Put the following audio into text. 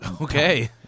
Okay